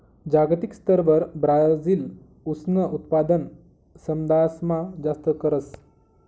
जागतिक स्तरवर ब्राजील ऊसनं उत्पादन समदासमा जास्त करस